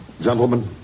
Gentlemen